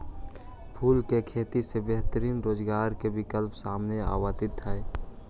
फूल के खेती से बेहतरीन रोजगार के विकल्प सामने आवित हइ